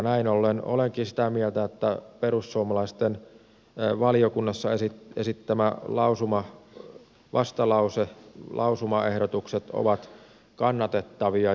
näin ollen olenkin sitä mieltä että perussuomalaisten valiokunnassa esittämä vastalause lausumaehdotukset ovat kannatettavia